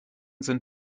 sind